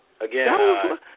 Again